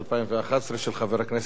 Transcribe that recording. התקבלה ברוב של 26 חברי כנסת,